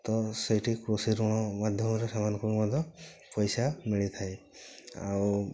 ତ ସେଇଠି କୃଷି ଋଣ ମାଧ୍ୟମରେ ସେମାନଙ୍କୁ ମଧ୍ୟ ପଇସା ମିଳି ଥାଏ ଆଉ